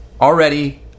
already